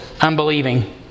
unbelieving